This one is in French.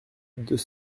deux